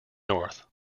north